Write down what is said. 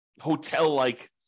hotel-like